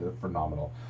phenomenal